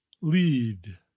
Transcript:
lead